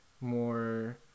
more